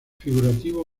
figurativo